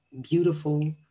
beautiful